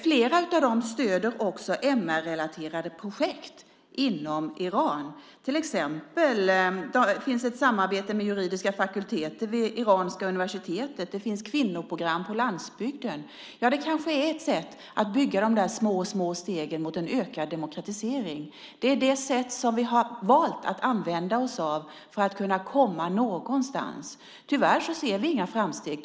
Flera av dem stöder också MR-relaterade projekt i Iran. Det finns ett samarbete med den juridiska fakulteten vid Irans universitet. Det finns kvinnoprogram på landsbygden. Det kanske är ett sätt att ta de där små, små stegen mot en ökad demokratisering. Det är det sätt som vi har valt att använda oss av för att kunna komma någonstans. Tyvärr ser vi inga framsteg.